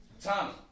Tommy